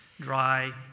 dry